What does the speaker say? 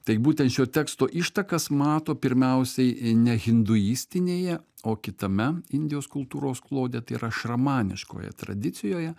tai būtent šio teksto ištakas mato pirmiausiai ne hinduistinėje o kitame indijos kultūros klode tai yra šarmaniškoje tradicijoje